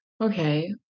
okay